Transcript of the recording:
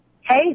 Hey